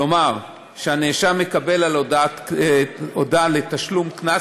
כלומר, שהנאשם מקבל הודעה לתשלום קנס.